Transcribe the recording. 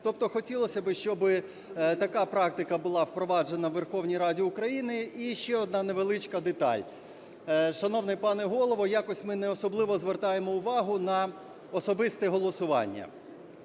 Тобто хотілося, щоб така практика була впроваджена у Верховній Раді України. І ще одна невеличка деталь. Шановний пане Голово, якось ми не особливо звертаємо увагу на особисте голосування.